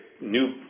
new